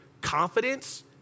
confidence